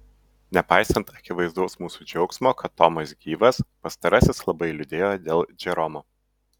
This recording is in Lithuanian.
nepaisant akivaizdaus mūsų džiaugsmo kad tomas gyvas pastarasis labai liūdėjo dėl džeromo